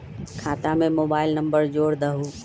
खाता में mobile number जोड़ दहु?